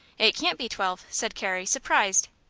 it can't be twelve, said carrie, surprised.